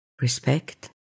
respect